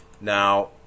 now